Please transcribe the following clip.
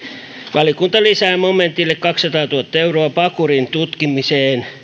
valiokunta lisää momentille kaksisataatuhatta euroa pakurin tutkimiseen